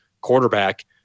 quarterback